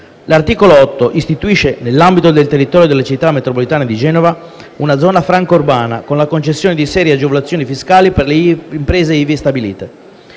L’articolo 8 istituisce, nell’ambito del territorio della Città metropolitana di Genova, una zona franca urbana, con la concessione di una serie di agevolazioni fiscali per le imprese ivi stabilite.